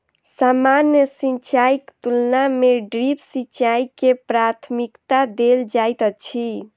सामान्य सिंचाईक तुलना मे ड्रिप सिंचाई के प्राथमिकता देल जाइत अछि